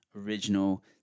original